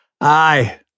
Aye